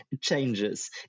changes